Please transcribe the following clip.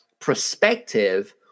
perspective